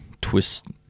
twist